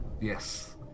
Yes